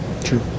True